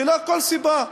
ללא כל סיבה.